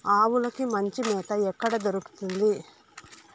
ఆవులకి మంచి మేత ఎక్కడ దొరుకుతుంది?